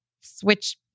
switch